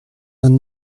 and